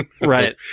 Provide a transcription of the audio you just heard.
Right